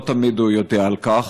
לא תמיד הוא יודע על כך,